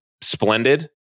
splendid